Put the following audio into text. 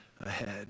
ahead